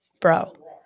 Bro